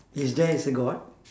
is there is a god